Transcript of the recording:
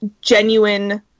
genuine